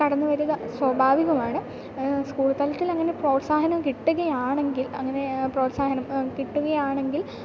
കടന്നു വരിക സ്വാഭാവികമാണ് സ്കൂൾ തലത്തിലങ്ങനെ പ്രോത്സാഹനം കിട്ടുകയാണെങ്കിൽ അങ്ങനെ പ്രോത്സാഹനം കിട്ടുകയാണെങ്കിൽ